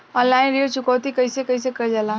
Online ऋण चुकौती कइसे कइसे कइल जाला?